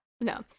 No